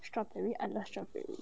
strawberry I love strawberry